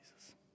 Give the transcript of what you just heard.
Jesus